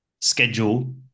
schedule